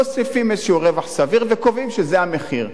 מוסיפים איזה רווח סביר וקובעים שזה המחיר.